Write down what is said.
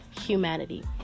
humanity